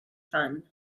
fun